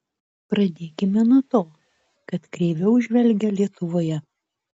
pradėkime nuo to kad kreiviau žvelgia lietuvoje